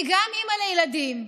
גם אני אימא לילדים.